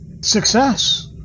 Success